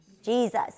Jesus